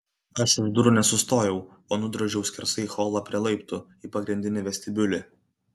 aš už durų nesustojau o nudrožiau skersai holą prie laiptų į pagrindinį vestibiulį